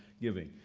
giving.